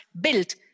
built